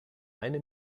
eine